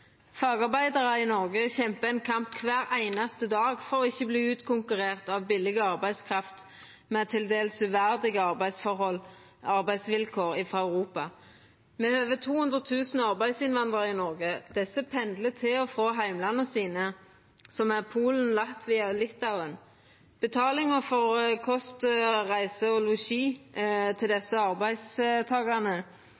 Fagarbeidarar i Noreg kjempar ein kamp kvar einaste dag for ikkje å verta utkonkurrerte av billig arbeidskraft frå Europa med til dels uverdige arbeidsvilkår. Me har over 200 000 arbeidsinnvandrarar i Noreg. Desse pendlar til og frå heimlanda sine, som er Polen, Latvia og Litauen. Betalinga for kost, reise og losji til